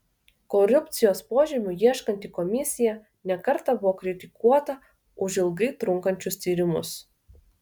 korupcijos požymių ieškanti komisija ne kartą buvo kritikuota už ilgai trunkančius tyrimus